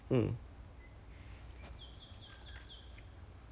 也是在 like out~ outside of the canopy do